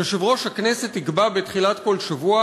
"יושב-ראש הכנסת יקבע בתחילת כל שבוע